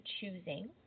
choosing